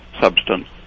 substance